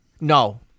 No